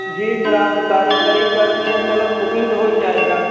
جی sir آپ نے تاریخ قریب کر دی ہیں چلو بکنگ ہو ہی جائے گا